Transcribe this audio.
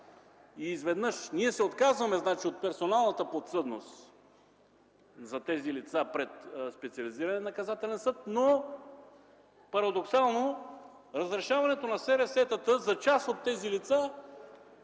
Изведнъж ние се отказваме от персонална подсъдност за тези лица пред специализирания наказателен съд, но, парадоксално, разрешаването на специалните